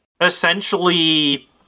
essentially